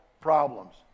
problems